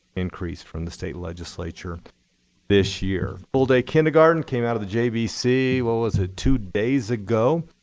increase from the state legislature this year. full day kindergarten came out of the jbc, what was it, two days ago.